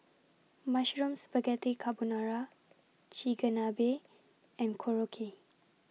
Mushroom Spaghetti Carbonara Chigenabe and Korokke